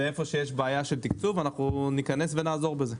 ואיפה שיש בעיה של תקצוב, אנחנו ניכנס ונעזור בזה.